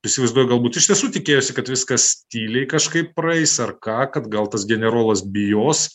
įsivaizduoju galbūt iš tiesų tikėjosi kad viskas tyliai kažkaip praeis ar ką kad gal tas generolas bijos